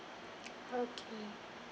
okay